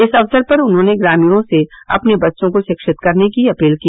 इस अक्सर पर उन्होंने ग्रामीणों से अपने बच्चों को शिक्षित करने की अपील की